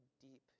deep